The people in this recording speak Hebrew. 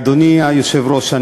אדוני היושב-ראש,